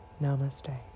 Namaste